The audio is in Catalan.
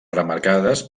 remarcades